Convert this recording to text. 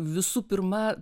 visų pirma